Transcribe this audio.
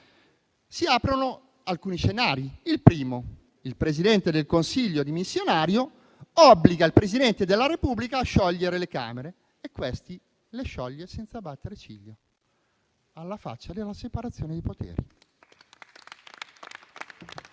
Si aprono alcuni scenari: il primo è che il Presidente del Consiglio dimissionario obbliga il Presidente della Repubblica a sciogliere le Camere e questi le scioglie senza battere ciglio, alla faccia della separazione dei poteri.